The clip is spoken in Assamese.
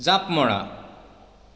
জাঁপ মৰা